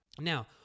Now